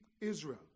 Israel